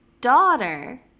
daughter